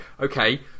okay